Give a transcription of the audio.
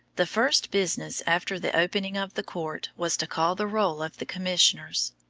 the first business after the opening of the court was to call the roll of the commissioners,